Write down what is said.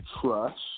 trust